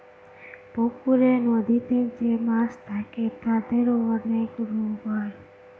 পুকুরে, নদীতে যে মাছ থাকে তাদের অনেক রোগ হয়